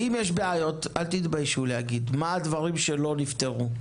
אם יש בעיות אל תתביישו להגיד מה הדברים שלא נפתרו,